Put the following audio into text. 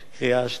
ובקריאה השלישית.